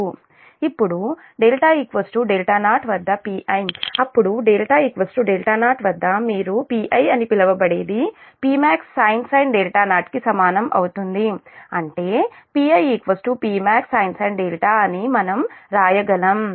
ఇప్పుడు δ0 వద్ద Pi అప్పుడు δ0 వద్ద మీరు Pi అని పిలవబడేది Pmax sin 0 కి సమానం అవుతుంది అంటే Pi Pmax sin 0 అని మనం వ్రాయగలము